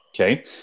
Okay